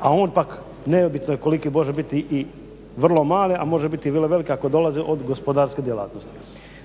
a on pak nebitno je koliki može biti i vrlo mali, a može biti i vrlo veliki ako dolazi od gospodarske djelatnosti.